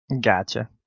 Gotcha